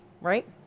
Right